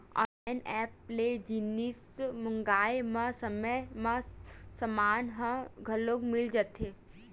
online app ले जिनिस मंगाए म समे म समान ह घलो मिल जाथे